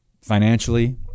financially